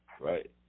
Right